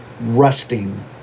rusting